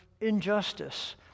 injustice